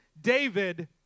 David